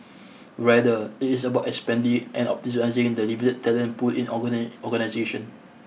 rather it is about expanding and optimising the limited talent pool in organisation